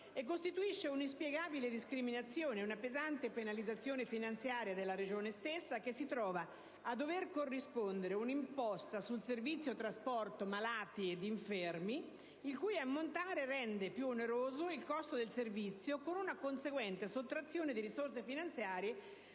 Costituisce una inspiegabile discriminazione e una pesante penalizzazione finanziaria della Regione stessa, la quale si trova a dover corrispondere una imposta sul servizio trasporto malati ed infermi, il cui ammontare rende più oneroso il costo del servizio, con una conseguente sottrazione di risorse finanziarie